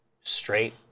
straight